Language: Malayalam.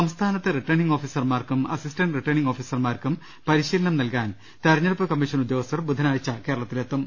സംസ്ഥാനത്തെ റിട്ടേണിംഗ് ഓഫീസർമാർക്കും അസിസ്റ്റന്റ് റിട്ടേണിംഗ് ഓഫീസർമാർക്കും പരിശീലനം നൽകാൻ തെരഞ്ഞെടുപ്പ് കമ്മീഷൻ ഉദ്യോഗസ്ഥർ ബുധനാഴ്ച കേരളത്തിലെത്തും